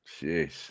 Jeez